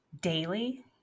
daily